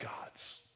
gods